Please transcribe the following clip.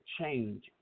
change